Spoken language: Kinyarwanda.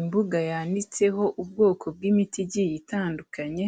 Imbuga yanitseho ubwoko bw'imiti igiye itandukanye